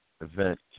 event